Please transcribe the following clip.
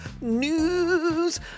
news